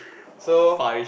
so